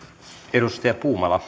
herra puhemies ulko ja